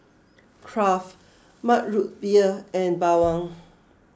Kraft Mug Root Beer and Bawang